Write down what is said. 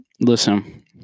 listen